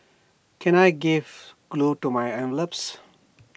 can I give glue to my envelopes